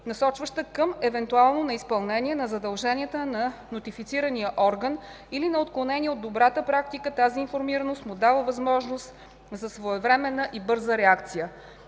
насочваща към евентуално неизпълнение на задълженията на нотифицирания орган или на отклонение от добрата практика, тази информираност му дава възможност за своевременна и бърза реакция.